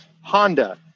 Honda